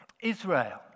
Israel